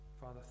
Father